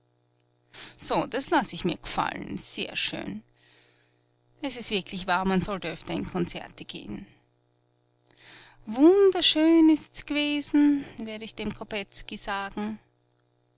so das laß ich mir g'fall'n sehr schön es ist wirklich wahr man sollt öfter in konzerte gehen wunderschön ist's g'wesen werd ich dem kopetzky sagen